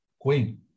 queen